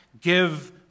Give